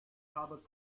habe